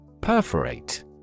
Perforate